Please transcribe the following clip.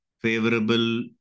favorable